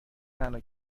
تنها